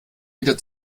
wieder